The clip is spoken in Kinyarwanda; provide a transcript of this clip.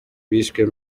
bishwe